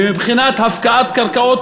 ומבחינת הפקעות קרקעות,